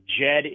Jed